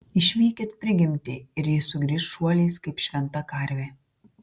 išvykit prigimtį ir ji sugrįš šuoliais kaip šventa karvė